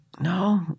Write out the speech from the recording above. No